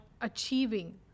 achieving